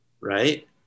right